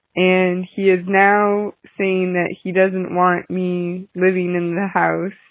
and he is now saying that he doesn't want me living in the house.